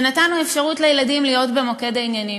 ונתנו אפשרות לילדים להיות במוקד העניינים,